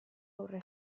aurre